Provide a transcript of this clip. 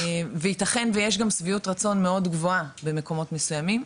וייתכן ויש גם שביעות רצון מאוד גבוהה במקומות מסוימים,